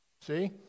See